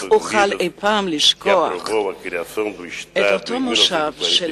איך אוכל אי-פעם לשכוח את אותו מושב של